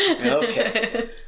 Okay